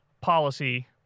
policy